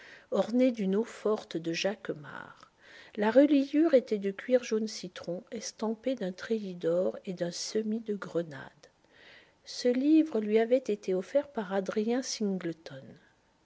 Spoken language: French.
ornée d'une eau-forte de jacquemart la reliure était de cuir jaune citron estampée d'un treillis d'or et d'un semis de grenades ce livre lui avait été offert par adrien singleton